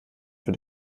für